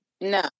no